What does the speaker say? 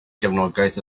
gefnogaeth